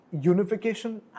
unification